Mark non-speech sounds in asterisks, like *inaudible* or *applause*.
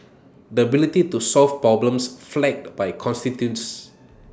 *noise* the ability to solve problems flagged by constituents *noise*